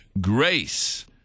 grace